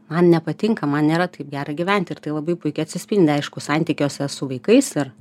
man nepatinka man nėra taip gera gyventi ir tai labai puikiai atsispindi aišku santykiuose su vaikais ir